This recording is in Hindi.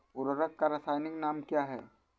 उर्वरक का रासायनिक नाम क्या है?